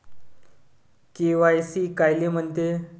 KYC कायले म्हनते?